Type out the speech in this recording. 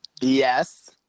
Yes